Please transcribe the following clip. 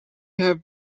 have